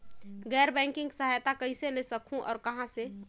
गैर बैंकिंग सहायता कइसे ले सकहुं और कहाँ से?